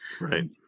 Right